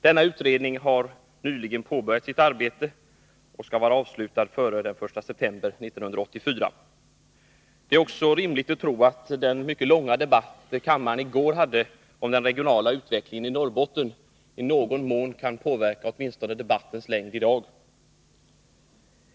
Denna utredning har nyligen påbörjat sitt arbete, som skall vara avslutat före den 1 september 1984. Det är också rimligt att tro att den mycket långa debatt kammaren i går hade om den regionala utvecklingen i Norrbotten åtminstone i någon mån kan påverka debattens längd i dag.